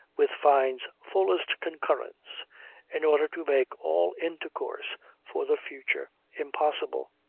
with fyne's fullest concurrence in order to make all intercourse for the future impossible.